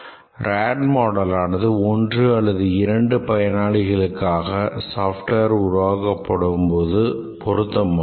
RAD மாடலானது ஒன்று அல்லது இரண்டு பயனாளிகளுக்காக software உருவாக்கப்படும்போது பொருத்தமானது